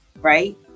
right